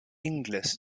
inglis